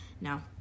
no